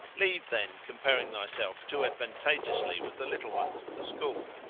leave, then, comparing thyself too advantageously with the little ones of the school,